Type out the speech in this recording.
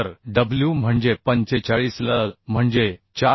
तर डब्ल्यू म्हणजे 45 L म्हणजे 4